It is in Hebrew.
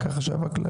רק החשב הכללי?